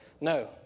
No